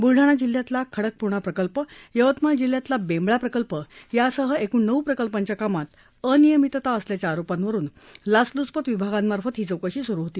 बुलडाणा जिल्ह्यातला खडकपूर्णा प्रकल्प यवतमाळ जिल्ह्यातला बेंबळा प्रकल्प यासह एकृण नऊ प्रकल्पांच्या कामात अनियमितता असल्याच्या आरोपांवरून लाचलुचपत विभागामार्फत ही चौकशी सुरू होती